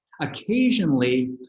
Occasionally